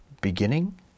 beginning